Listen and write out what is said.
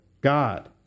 God